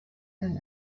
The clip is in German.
den